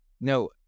No